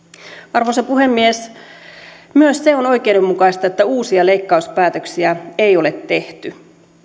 arvoisa puhemies myös se on oikeudenmukaista että uusia leikkauspäätöksiä ei ole tehty